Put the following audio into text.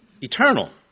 eternal